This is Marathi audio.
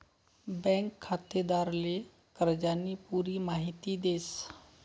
बँक खातेदारले कर्जानी पुरी माहिती देस